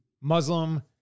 Muslim